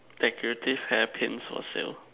decorative hair Pins for sale